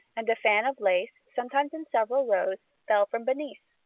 and a fan of lace, sometimes in several rows, fell from beneath.